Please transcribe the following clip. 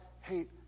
hate